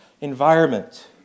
environment